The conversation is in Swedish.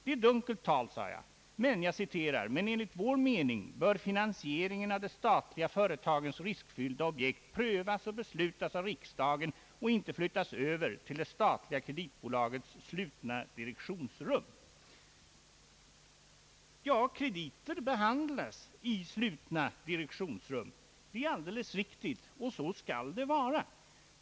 Det är dunkelt tal, sade jag, men, och jag citerade: »Enligt vår mening bör finansieringen av de statliga företagens riskfyllda objekt prövas och beslutas av riksdagen och inte flyttas över till det statliga kreditbolagets slutna direktionsrum.» Ja, krediter behandlas i slutna direktionsrum. Det är alldeles riktigt, och så skall det vara.